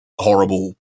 horrible